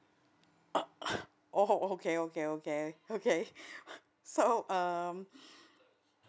oh okay okay okay okay so um